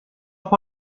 وقتی